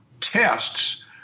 tests